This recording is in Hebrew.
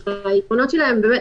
העקרונות שלנו הם ממש